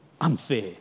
unfair